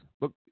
Look